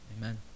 amen